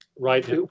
Right